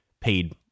paid